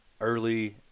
early